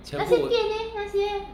全部